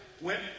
went